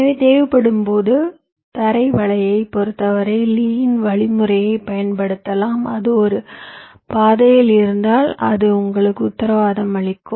எனவே தேவைப்படும்போது தரை வலையைப் பொறுத்தவரை லீயின் வழிமுறையைப் பயன்படுத்தலாம் அது ஒரு பாதையில் இருந்தால் அது உங்களுக்கு உத்தரவாதம் அளிக்கும்